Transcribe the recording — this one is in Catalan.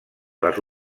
les